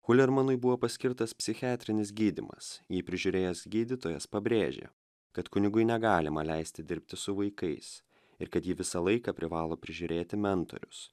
hulermanui buvo paskirtas psichiatrinis gydymas jį prižiūrėjęs gydytojas pabrėžė kad kunigui negalima leisti dirbti su vaikais ir kad jį visą laiką privalo prižiūrėti mentorius